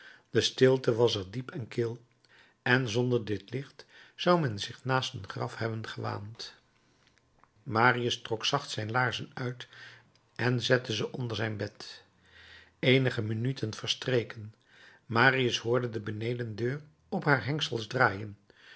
de stilte was er diep en kil en zonder dit licht zou men zich naast een graf hebben gewaand marius trok zacht zijn laarzen uit en zette ze onder zijn bed eenige minuten verstreken marius hoorde de benedendeur op haar hengsels draaien